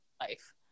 life